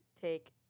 take